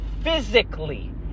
physically